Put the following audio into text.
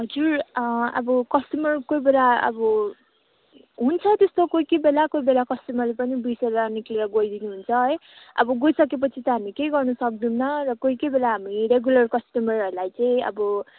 हजुर अब कस्टमर कोही बेला अब हुन्छ त्यस्तो कोही कोही बेला कोही बेला कस्टमरले पनि बिर्सेर निक्लेर गइदिनुहुन्छ है अब गइसकेपछि त हामी केही गर्नु सक्दैनौँ र कोही कोही बेला हामी रेगुलर कस्टमरहरूलाई चाहिँ अब